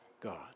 God